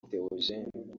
théogène